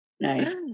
Nice